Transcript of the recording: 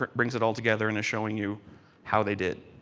um brings it all together and is showing you how they did.